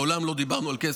מעולם לא דיברנו על כסף.